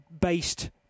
based